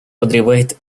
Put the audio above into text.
подрывает